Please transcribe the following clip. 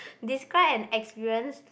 describe an experience